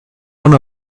one